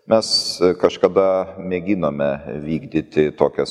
mes kažkada mėginome vykdyti tokias